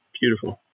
Beautiful